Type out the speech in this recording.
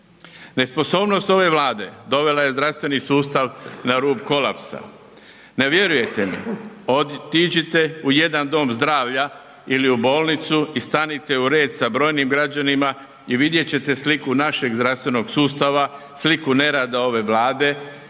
Nesposobnost ove Vlade dovela je zdravstveni sustav na rub kolapsa, ne vjerujete mi, otiđite u jedan dom zdravlja ili u bolnicu i stanite u red sa brojnim građanima i vidjet ćete sliku našeg zdravstvenog sustava, sliku nerada ove Vlade